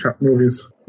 movies